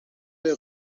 der